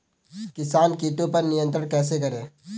किसान कीटो पर नियंत्रण कैसे करें?